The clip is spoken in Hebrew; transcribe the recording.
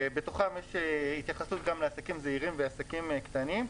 בתוכם יש גם התייחסות לעסקים זעירים ועסקים קטנים.